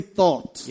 thought